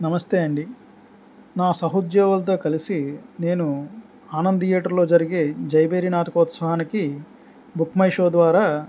నమస్తే అండి నా సహద్యోగలతో కలిసి నేను ఆనంద్ థియేటర్లో జరిగే జైభేరి నాటకోోత్సవాహనికి బుక్మైషో ద్వారా